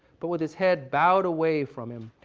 but with his head bowed away from it,